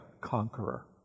conqueror